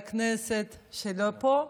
שלא פה,